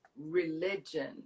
religion